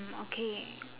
okay